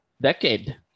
decade